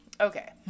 Okay